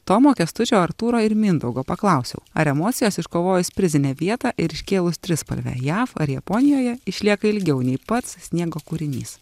tomo kęstučio artūro ir mindaugo paklausiau ar emocijos iškovojus prizinę vietą ir iškėlus trispalvę jav ar japonijoje išlieka ilgiau nei pats sniego kūrinys